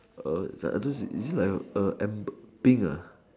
err ya this is it like err amber pink ah